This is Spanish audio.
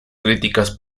críticas